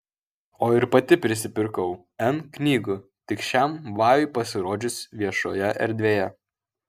o ir pati prisipirkau n knygų tik šiam vajui pasirodžius viešoje erdvėje